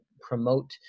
promote